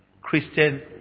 Christian